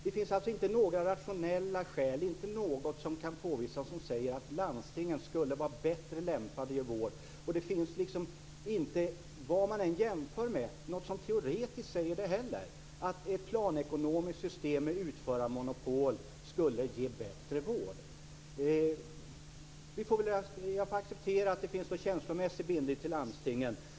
Det finns inga rationella skäl och inte någonting som säger att landstingen skulle vara bättre lämpade att ge vård. Vad man än jämför med finns det inte heller någonting som teoretiskt säger att ett planekonomiskt system med utförarmonopol skulle ge bättre vård. Jag får acceptera att det finns en känslomässig bindning till landstingen.